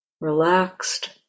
relaxed